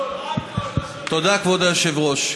תודה, כבוד היושב-ראש.